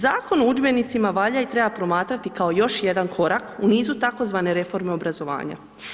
Zakon o udžbenicima valja i treba promatrati kao još jedan korak u nizu tzv. reforme obrazovanja.